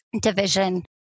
division